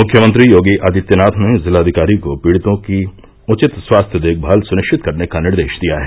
मुख्यमंत्री योगी आदित्यनाथ ने जिलाधिकारी को पीड़ितों की उचित स्वास्थ्य देखभाल सुनिश्चित करने का निर्देश दिया है